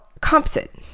composite